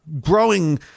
growing